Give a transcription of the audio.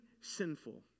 sinful